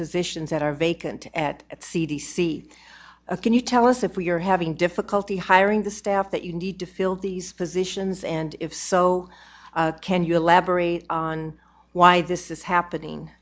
positions that are vacant at c d c can you tell us if we are having difficulty hiring the staff that you need to fill these positions and if so can you elaborate on why this is happening